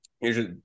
Usually